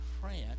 France